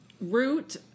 root